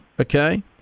okay